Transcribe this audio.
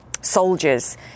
soldiers